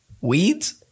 Weeds